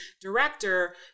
director